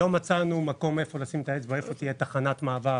לא מצאנו מקום לשים עליו את האצבע ולקבוע שבו תהיה תחנת מעבר